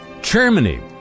Germany